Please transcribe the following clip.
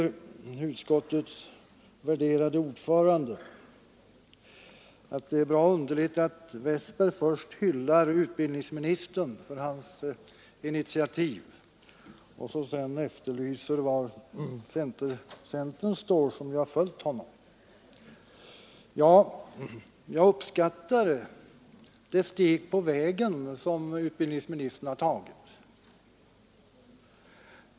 Utskottets värderade ordförande säger att det är bra underligt att jag Nr 54 först hyllar utbildningsministern för hans initiativ och sedan efterlyser Onsdagen den var centern, som ju har följt utbildningsministern, står någonstans. Ja, jag 3 april 1974 uppskattar det steg på vägen som utbildningsministern har tagit.